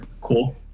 cool